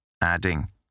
adding